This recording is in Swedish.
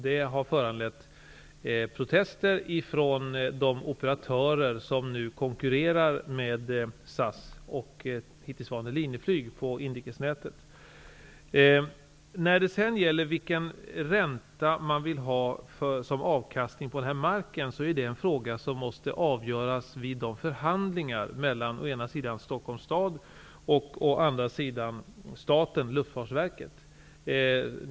Det har föranlett protester från de operatörer som nu konkurrerar med SAS och hittillsvarande Linjeflyg på inrikesnätet. Vilken ränta som man vill ha som avkastning på marken är en fråga som måste avgöras vid de förhandlingar som förs mellan å ena sidan Stockholms stad och å andra sidan staten/Luftfartsverket.